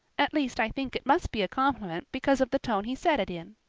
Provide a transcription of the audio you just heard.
at least i think it must be a compliment because of the tone he said it in.